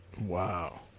Wow